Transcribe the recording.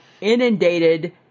inundated